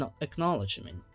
acknowledgement